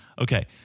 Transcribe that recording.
okay